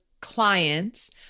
clients